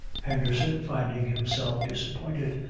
henderson, finding himself disappointed,